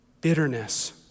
bitterness